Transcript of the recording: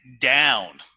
down